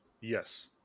Yes